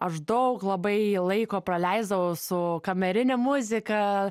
aš daug labai laiko praleisdavau su kamerine muzika